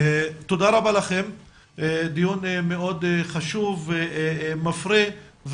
תודה רבה לכם, דיון מאוד חשוב, מפרה.